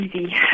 easy